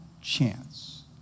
chance